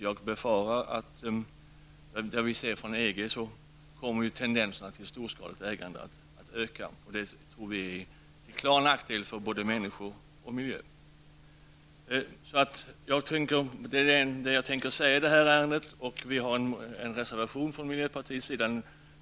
Jag befarar av det vi ser från EG att tendenserna till storskaligt ägande kommer att öka. Det tror vi är till klar nackdel för både människor och miljö. Det är vad jag tänkte säga i det här ärendet. Vi har en reservation från miljöpartiets sida.